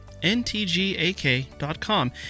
NTGAK.com